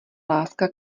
láska